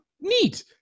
Neat